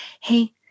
hey